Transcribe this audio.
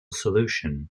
solution